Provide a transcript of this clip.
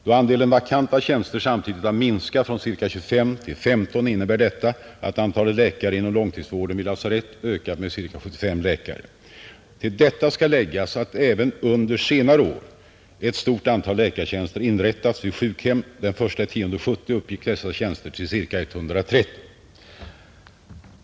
Då andelen vakanta tjänster samtidigt har minskat från ca 25 procent till 15 procent innebär detta att antalet läkare inom långtidsvården vid lasarett ökat med ca 75 läkare, Till detta skall läggas att under senare år ett stort antal läkartjänster inrättats vid sjukhem, Den 1 oktober 1970 uppgick antalet sådana tjänster till ca 130.